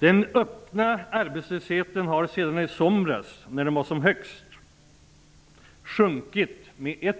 Den öppna arbetslösheten har sjunkit med 160 000 personer sedan i somras, när den var som högst. Under 1991,